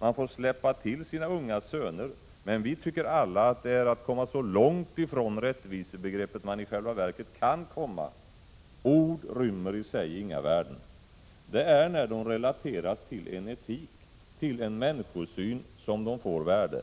Man får släppa till sina unga söner. Men vi tycker alla att det är att komma så långt ifrån rättvisebegreppet man i själva verket kan komma. Ord rymmer i sig inga värden. Det är när de relateras till en etik, till en människosyn som de får värde.